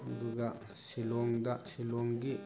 ꯑꯗꯨꯒ ꯁꯤꯂꯣꯡꯗ ꯁꯤꯂꯣꯡꯒꯤ